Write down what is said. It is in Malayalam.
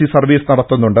സി സർവ്വീസ് നടത്തുന്നുണ്ട്